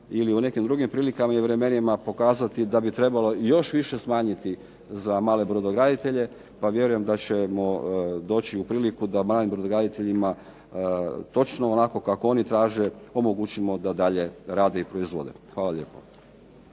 ili u nekim drugim prilikama i vremenima pokazati da bi trebalo još više smanjiti za male brodograditelje pa vjerujem da ćemo doći u priliku da malim brodograditeljima točno onako kako oni traže omogućimo da dalje rade i proizvode. Hvala lijepo.